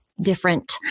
different